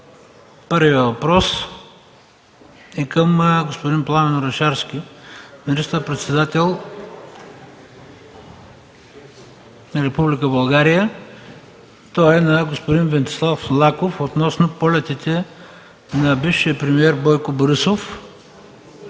Първият въпрос е към господин Пламен Орешарски – министър-председател на Република България, от господин Венцислав Лаков относно полетите на бившия премиер Бойко Борисов